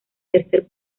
tercer